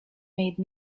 made